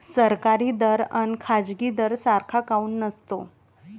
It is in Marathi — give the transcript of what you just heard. सरकारी दर अन खाजगी दर सारखा काऊन नसतो?